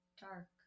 Dark